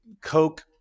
coke